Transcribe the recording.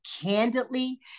candidly